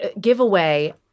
giveaway